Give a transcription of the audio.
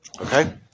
Okay